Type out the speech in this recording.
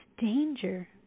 danger